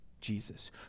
Jesus